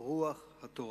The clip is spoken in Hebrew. רוח התורה.